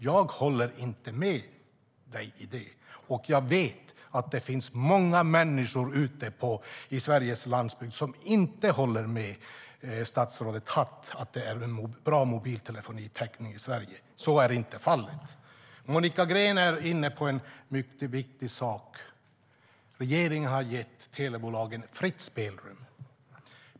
Jag håller inte med henne om det, och jag vet att det finns många människor ute i Sveriges landsbygd som inte håller med statsrådet Hatt om att det är bra mobiltelefonitäckning i Sverige. Så är inte fallet. Monica Green är inne på en mycket viktig sak. Regeringen har gett telebolagen fritt spelrum.